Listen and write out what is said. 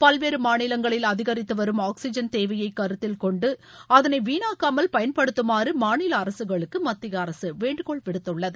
பல்வேறு மாநிலங்களில் அதிகரித்து வரும் ஆக்சிஜன் தேவையை கருத்தில் கொண்டு அதனை வீணாகாமல் பயன்படுத்தமாறு மாநில அரசுகளுக்கு மத்திய அரசு வேண்டுகோள் விடுத்துள்ளது